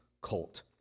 colt